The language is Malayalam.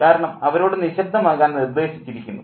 കാരണം അവരോട് നിശ്ശബ്ദമാകാൻ നിർദ്ദേശിച്ചിരിക്കുന്നു